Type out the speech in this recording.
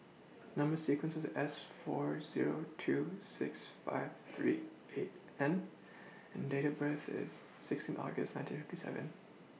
Number sequence IS S four Zero two six five three eight N and Date of birth IS sixteen August nineteen fifty seven